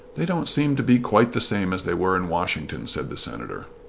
they don't seem to be quite the same as they were in washington, said the senator.